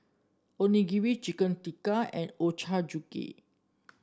Onigiri Chicken Tikka and Ochazuke